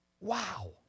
wow